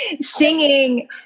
singing